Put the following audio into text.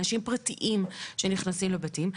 אנשים פרטיים שנכנסים לבתים.